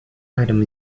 item